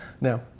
Now